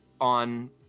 on